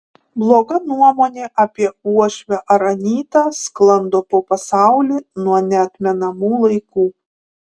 bloga nuomonė apie uošvę ar anytą sklando po pasaulį nuo neatmenamų laikų